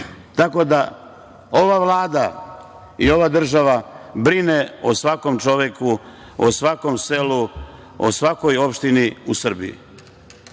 bolesti. Ova Vlada i ova država brine o svakom čoveku, o svakom selu, o svakoj opštini u Srbiji.